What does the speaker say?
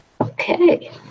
Okay